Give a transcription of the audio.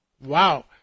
Wow